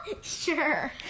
Sure